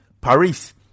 Paris